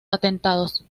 atentados